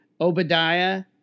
Obadiah